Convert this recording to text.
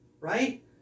Right